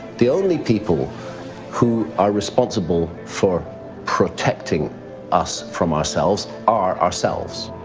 the only people who are responsible for protecting us from ourselves are ourselves.